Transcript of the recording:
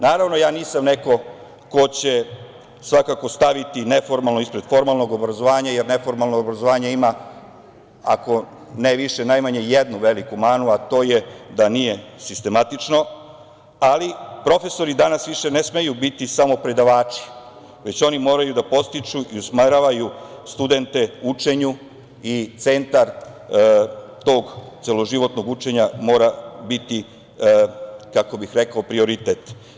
Naravno, ja nisam neko ko će svakako staviti neformalno ispred formalnog obrazovanja, jer neformalno obrazovanje ima, ako ne više, najmanje jednu veliku manu, a to je da nije sistematično, ali profesori danas više ne smeju biti samo predavači, već oni moraju da podstiču i usmeravaju studente učenju i centar tog celoživotnog učenja mora biti, kako bih rekao, prioritet.